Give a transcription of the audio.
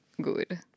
good